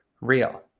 real